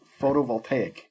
photovoltaic